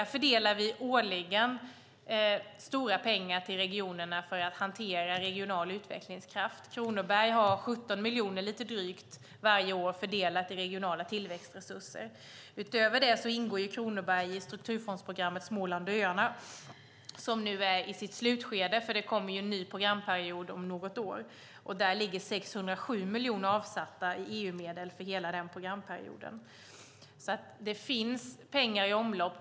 Vi fördelar årligen stora pengar till regionerna för att hantera regional utvecklingskraft. Kronoberg får lite drygt 17 miljoner varje år fördelat till regionala tillväxtresurser. Utöver det ingår Kronoberg i strukturfondsprogrammet Småland och Öarna, som nu är i sitt slutskede. Det kommer en ny programperiod om något år. 607 miljoner ligger avsatta i EU-medel för hela programperioden. Det finns pengar i omlopp.